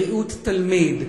בריאות התלמיד,